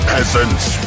Peasants